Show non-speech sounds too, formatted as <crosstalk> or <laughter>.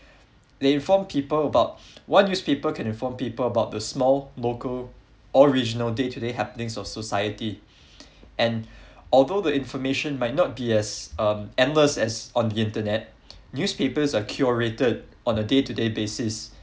they inform people about what newspaper can inform people about the small local original day today happening of society <breath> and although the information might not be as um endless as on the internet newspapers are curated on a day to day basis